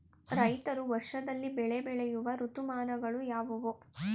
ರೈತರು ವರ್ಷದಲ್ಲಿ ಬೆಳೆ ಬೆಳೆಯುವ ಋತುಮಾನಗಳು ಯಾವುವು?